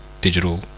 digital